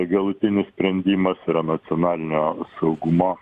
jei galutinis sprendimas yra nacionalinio saugumo